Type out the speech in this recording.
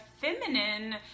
feminine